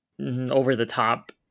over-the-top